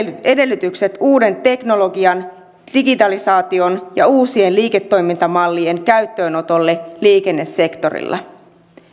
edellytykset uuden teknologian digitalisaation ja uusien liiketoimintamallien käyttöönotolle liikennesektorilla